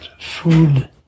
food